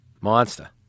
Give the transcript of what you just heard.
Monster